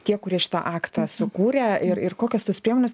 tie kurie šitą aktą sukūrė ir ir kokios tos priemonės